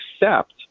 accept